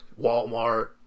Walmart